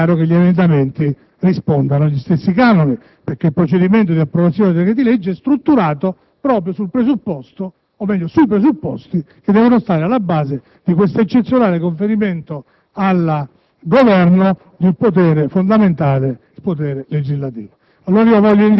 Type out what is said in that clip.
ci sarà, ripeto, un dibattito in Commissione e in Aula), è anche necessario che gli emendamenti rispondano agli stessi canoni, perché il procedimento di approvazione dei decreti-legge è strutturato proprio sui presupposti che devono stare alla base di questo eccezionale conferimento al Governo